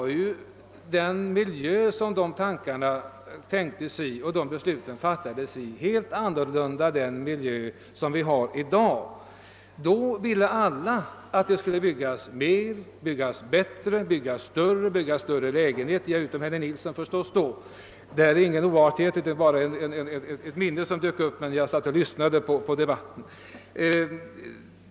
Den miljö i vilken tankarna tänktes och besluten fattades var helt olik dagens. Då ville alla att det skulle byggas mer, bättre och större — utom herr Nilsson i Gävle förstås; det är inte sagt som en oartighet utan är bara ett minne som dök upp när jag lyssnade på debatten.